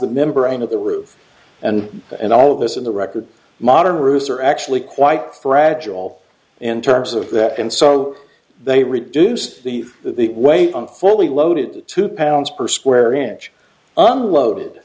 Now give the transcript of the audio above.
the membrane of the roof and in all this in the record modern roofs are actually quite fragile in terms of that and so they reduced the the weight on fully loaded two pounds per square inch unloaded